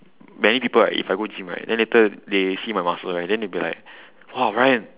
many people right if I go gym right then later they see my muscle right then they be like !wow! ryan